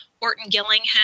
Orton-Gillingham